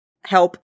Help